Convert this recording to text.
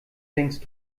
denkst